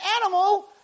animal